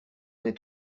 est